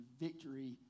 victory